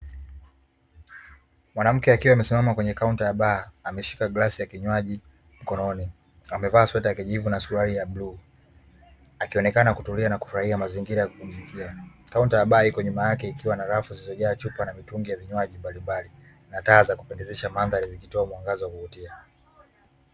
Mwanamke akiwa amesimama kwenye kaunta ya baa ameshika glasi ya kinywaji mkononi. Amevaa sweta ya kijivu na suruali ya bluu. Akionekana kutulia na kufurahia mazingira ya kupimzikiaa. Kaunta ya baa hiyo nyuma yake ikiwa na rafu zilizojaa chupa na mitungi ya vinywaji mbalimbali na taa za kupendezesha mandhari zikitoa mwanga wa kuvutia.